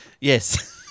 yes